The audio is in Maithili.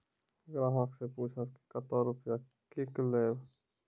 ग्राहक से पूछब की कतो रुपिया किकलेब?